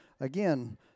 Again